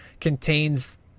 contains